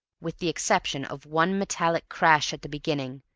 with the exception of one metallic crash at the beginning,